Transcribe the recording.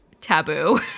taboo